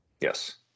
Yes